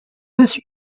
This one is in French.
mesure